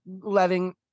letting